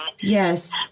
Yes